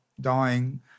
dying